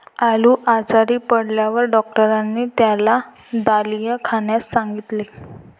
गोलू आजारी पडल्यावर डॉक्टरांनी त्याला दलिया खाण्यास सांगितले